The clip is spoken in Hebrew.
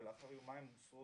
ולאחר יומיים הוסרו,